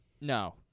No